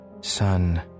Son